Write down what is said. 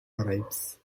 arrives